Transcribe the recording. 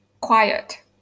Quiet